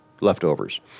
leftovers